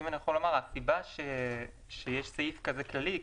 הסיבה שיש סעיף כללי כזה,